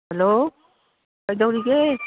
hello ꯀꯩꯗꯧꯔꯤꯒꯦ